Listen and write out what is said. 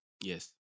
Yes